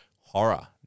horror